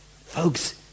Folks